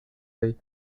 day